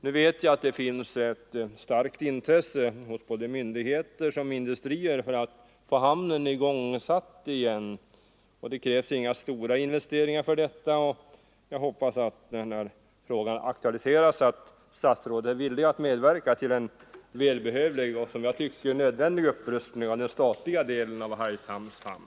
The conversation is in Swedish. Jag vet att det finns ett starkt intresse hos både myndigheter och industrier för att få hamnen iståndsatt igen. Det krävs inga stora investeringar för detta, och jag hoppas att statsrådet när frågan aktualiseras är villig att medverka till en välbehövlig, ja, nödvändig upprustning av den statliga delen av Hargshamns hamn.